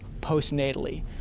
postnatally